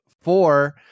four